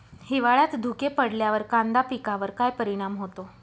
हिवाळ्यात धुके पडल्यावर कांदा पिकावर काय परिणाम होतो?